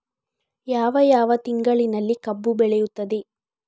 ಯಾವ ಯಾವ ತಿಂಗಳಿನಲ್ಲಿ ಕಬ್ಬು ಬೆಳೆಯುತ್ತದೆ?